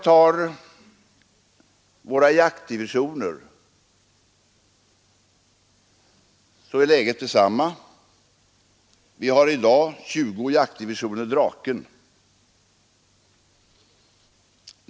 För våra jaktdivisioner är läget detsamma. Vi har i dag 20 jaktdivisioner Draken.